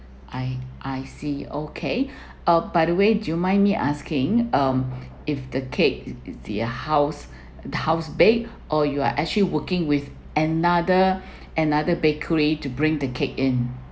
I I see okay ah by the way do you mind me asking um if the cake is their house the house baked or you are actually working with another another bakery to bring the cake in